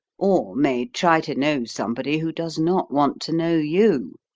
or may try to know somebody who does not want to know you.